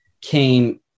came